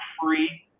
free